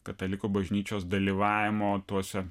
katalikų bažnyčios dalyvavimo tuose